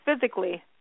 physically